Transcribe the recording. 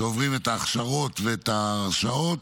שעוברים את ההכשרות ואת ההרשאות